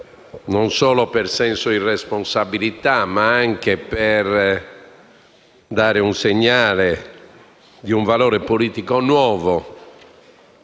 non solo per senso di responsabilità, ma anche per dare il segnale di un valore politico nuovo